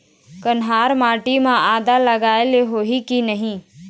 कन्हार माटी म आदा लगाए ले होही की नहीं?